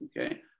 okay